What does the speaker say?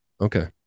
Okay